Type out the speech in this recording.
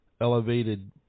elevated